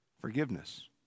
forgiveness